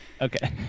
Okay